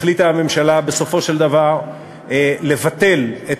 החליטה הממשלה בסופו של דבר לבטל את